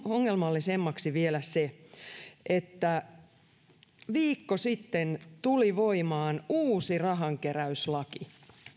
ongelmallisemmaksi vielä se että viikko sitten tuli voimaan uusi rahankeräyslaki